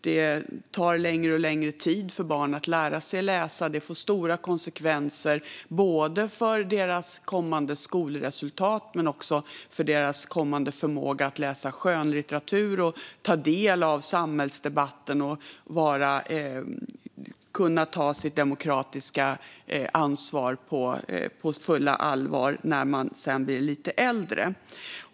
Det tar längre och längre tid för barn att lära sig att läsa, och det får stora konsekvenser för deras kommande skolresultat och för deras kommande förmåga att läsa skönlitteratur, att ta del av samhällsdebatten och att på allvar ta sitt fulla demokratiska ansvar när de blir lite äldre.